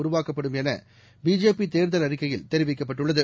உருவாக்கப்படும் எனபிஜேபிதேர்தல் அறிக்கையில் தெரிவிக்கப்பட்டுள்ளது